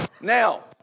now